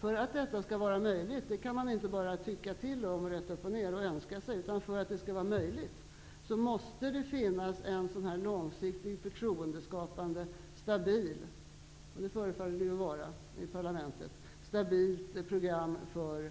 För att detta skall vara möjligt, något man inte bara kan tycka till om rätt upp och ner och önska sig, måste det finnas ett långsiktigt förtroendeskapande, stabilt -- det förefaller det att göra i parlamentet -- program för